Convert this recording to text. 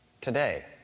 today